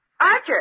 Archer